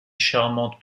charmante